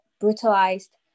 brutalized